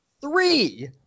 three